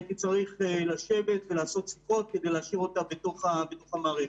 הייתי צריך לשבת ולעשות שיחות כדי להשאיר אותה בתוך המערכת.